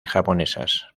japonesas